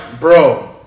bro